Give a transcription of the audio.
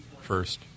first